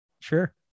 Sure